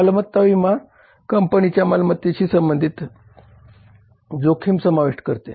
मालमत्ता विमा विमा कंपनीच्या मालमत्तेशी संबंधित जोखीम समाविष्ट करते